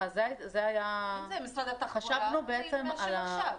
אם זה משרד התחבורה, יכולים לאשר עכשיו.